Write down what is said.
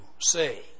say